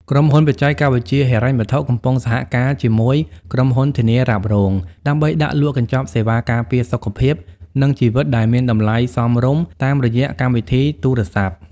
ក្រុមហ៊ុនបច្ចេកវិទ្យាហិរញ្ញវត្ថុ កំពុងសហការជាមួយក្រុមហ៊ុនធានារ៉ាប់រង ដើម្បីដាក់លក់កញ្ចប់សេវាការពារសុខភាព និងជីវិតដែលមានតម្លៃសមរម្យតាមរយៈកម្មវិធីទូរស័ព្ទ។